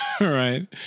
Right